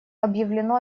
объявлено